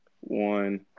one